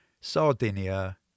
Sardinia